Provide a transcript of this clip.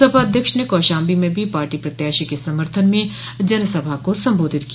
सपा अध्यक्ष ने कौशाम्बी में भी पार्टी प्रत्याशी के समर्थन में जनसभा को संबोधित किया